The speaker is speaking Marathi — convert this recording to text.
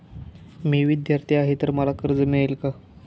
मी विद्यार्थी आहे तर मला कर्ज मिळेल का?